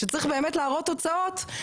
כשצריך באמת להראות תוצאות,